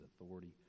authority